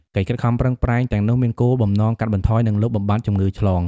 កិច្ចខិតខំប្រឹងប្រែងទាំងនោះមានគោលបំណងកាត់បន្ថយ និងលុបបំបាត់ជំងឺឆ្លង។